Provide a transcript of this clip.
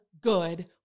good